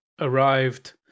arrived